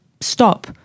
stop